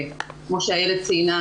כמו שאיילת ציינה,